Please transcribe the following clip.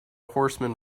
horseman